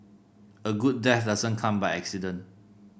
a good death doesn't come by accident